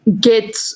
get